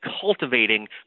cultivating